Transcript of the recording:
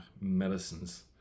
medicines